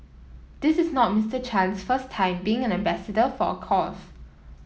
this is not Mister Chan's first time being an ambassador for a cause